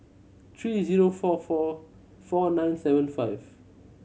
three zero four four four nine seven five